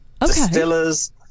distillers